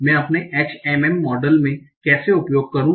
मैं अपने HMM model में कैसे उपयोग करूं